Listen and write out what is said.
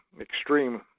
extreme